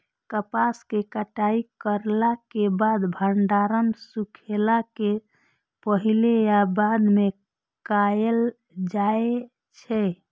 कपास के कटाई करला के बाद भंडारण सुखेला के पहले या बाद में कायल जाय छै?